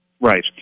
Right